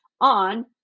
on